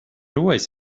always